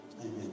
Amen